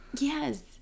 Yes